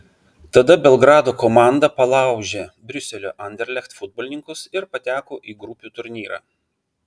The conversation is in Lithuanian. tada belgrado komanda palaužė briuselio anderlecht futbolininkus ir pateko į grupių turnyrą